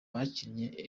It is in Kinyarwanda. bakinnye